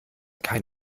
kein